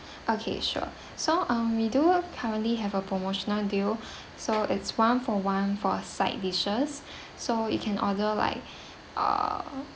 okay sure so um we do currently have a promotional do you so it's one for one for side dishes so you can order like err